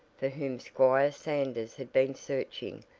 for whom squire sanders had been searching,